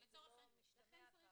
אבל זה לא משתמע ככה.